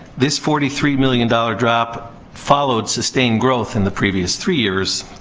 this forty three million dollars drop followed sustained growth in the previous three years.